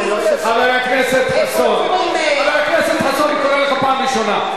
שלכם, חבר הכנסת חסון, אני קורא לך פעם ראשונה.